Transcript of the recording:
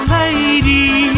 lady